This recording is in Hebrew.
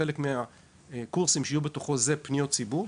שחלק מהקורסים שיהיו בתוכו זה פניות ציבור,